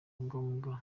ngombwa